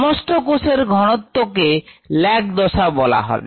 সমগ্র কোষের ঘনত্ব কে lag দশা বলা হবে